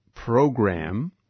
program